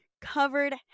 covered